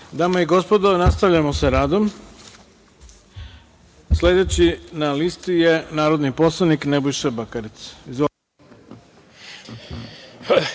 i gospodo, nastavljamo sa radom. Sledeći na listi je narodni poslanik Nebojša